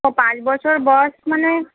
তো পাঁচ বছর বয়স মানে